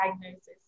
diagnosis